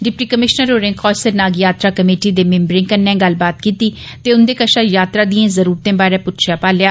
deputy commissioner होरें कौसर नाग यात्रा committee दे मेम्बरें कन्नै गल्लबात कीती ते उन्दे कशा यात्रा दियें जरुरतें बारै प्च्छेया भालेया